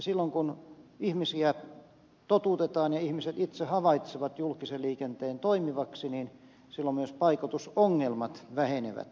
silloin kun ihmiset totutetaan käyttämään julkista liikennettä ja ihmiset itse havaitsevat julkisen liikenteen toimivaksi myös paikoitusongelmat vähenevät